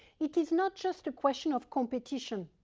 it is not just a question of competition,